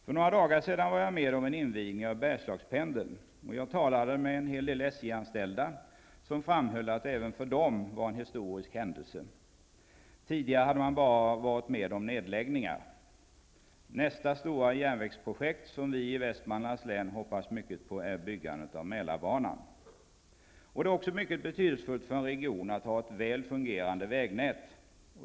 För några dagar sedan var jag med om en invigning av Bergslagspendeln. Jag talade med flera SJ anställda, som framhöll att det även för dem var en historisk händelse; tidigare hade man bara varit med om nedläggningar. Nästa stora järnvägsprojekt, som vi i Västmanlands län hoppas mycket på, är byggandet av Mälarbanan. Det är också mycket betydelsefullt för en region att ha ett väl fungerande vägnät.